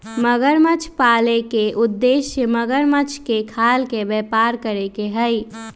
मगरमच्छ पाले के उद्देश्य मगरमच्छ के खाल के व्यापार करे के हई